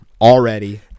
already